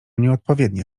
nieodpowiednie